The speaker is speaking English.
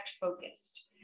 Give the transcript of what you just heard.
focused